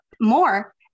more